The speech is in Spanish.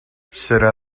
será